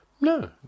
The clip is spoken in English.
no